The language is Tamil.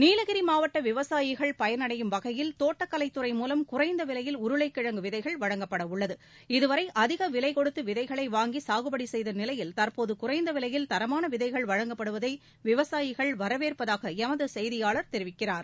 நீலகிரி மாவட்ட விவசாயிகள் பயனடையும் வகையில் தோட்டக்கலைத் துறை மூவம் குறைந்த விலையில் உருளைக்கிழங்கு விதைகள் வழங்கப்பட உள்ளது இதுவரை அதிக விலை கொடுத்து விதைகளை வாங்கி சாகுபடி செய்த நிலையில் தற்போது குறைந்த விலையில் தரமான விதைகள் வழங்கப்படுவதை விவசாயிகள் வரவேற்பதாக எமது செய்தியாளர் தெரிவிக்கிறார்